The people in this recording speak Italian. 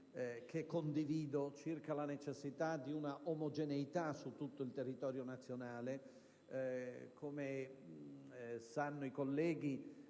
che condivido, circa la necessità di un'omogeneità su tutto il territorio nazionale. Come è noto,